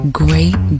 great